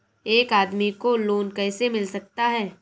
एक आदमी को लोन कैसे मिल सकता है?